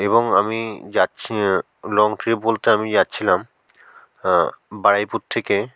এবং আমি যাচ্ছি লং ট্রিপ বলতে আমি যাচ্ছিলাম বারুইপুর থেকে